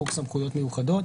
חוק סמכויות מיוחדות.